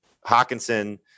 Hawkinson